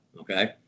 Okay